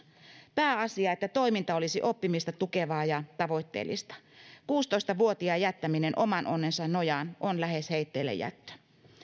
pääasia että toiminta olisi oppimista tukevaa ja tavoitteellista kuusitoista vuotiaan jättäminen oman onnensa nojaan on lähes heitteillejättö